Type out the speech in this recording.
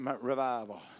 revival